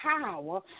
power